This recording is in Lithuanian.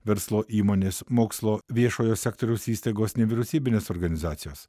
verslo įmonės mokslo viešojo sektoriaus įstaigos nevyriausybinės organizacijos